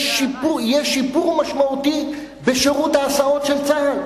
יש שיפור משמעותי בשירות ההסעות של צה"ל.